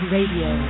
Radio